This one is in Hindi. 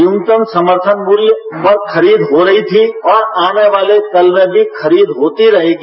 न्यूनतम समर्थन मूल्य पर खरीद हो रही थी और आने वाले कल में भी खरीद होती रहेगी